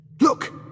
Look